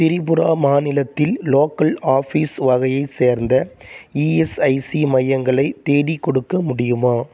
திரிபுரா மாநிலத்தில் local office வகையைச் சேர்ந்த இஎஸ்ஐசி மையங்களை தேடிக்கொடுக்க முடியுமா